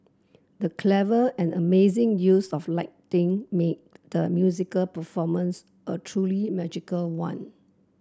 the clever and amazing use of lighting made the musical performance a truly magical one